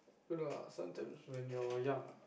don't know ah sometimes when you're young ah